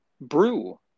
brew